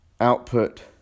output